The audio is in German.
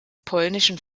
polnischen